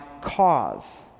cause